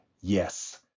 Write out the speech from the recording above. yes